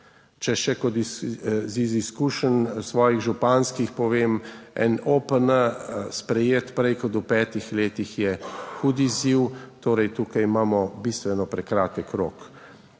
Če še iz izkušenj, svojih županskih povem, en OPN sprejet prej kot v petih letih je hud izziv. Torej tukaj imamo bistveno prekratek rok.